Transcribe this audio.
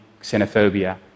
xenophobia